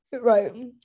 right